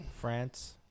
france